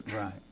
Right